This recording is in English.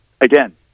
Again